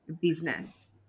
business